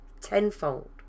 tenfold